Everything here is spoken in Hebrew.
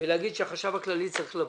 ולהגיד שהחשב הכללי צריך לבוא,